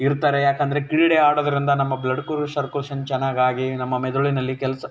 ಇರ್ತಾರೆ ಯಾಕಂದರೆ ಕ್ರೀಡೆ ಆಡೋದರಿಂದ ನಮ್ಮ ಬ್ಲಡ್ ಸರ್ಕ್ಯುಲೇಷನ್ ಚೆನ್ನಾಗಾಗಿ ನಮ್ಮ ಮೆದುಳಿನಲ್ಲಿ ಕೆಲಸ